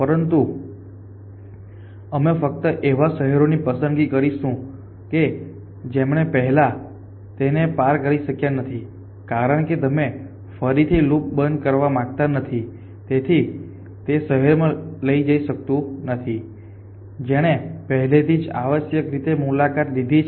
પરંતુ અમે ફક્ત એવા શહેરોની પસંદગી કરીશું કે જેમણે પહેલા તેને પાર કરી શક્યા નથી કારણ કે તમે ફરીથી લૂપ બંધ કરવા માંગતા નથી તેથી તે તે શહેરમાં જઈ શકતું નથી જેણે પહેલેથી જ આવશ્યક રીતે મુલાકાત લીધી છે